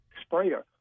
sprayer